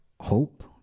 hope